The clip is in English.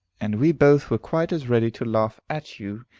and we both were quite as ready to laugh at you,